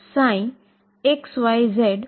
તો ત્યાં એક વેવ સંકળાયેલ છે